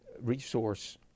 resource